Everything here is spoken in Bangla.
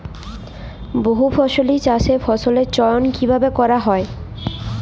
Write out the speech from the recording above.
বহুফসলী চাষে ফসলের চয়ন কীভাবে করা হয়?